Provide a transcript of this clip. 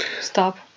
stop